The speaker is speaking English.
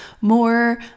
more